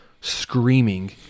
screaming